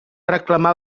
reclamar